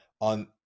on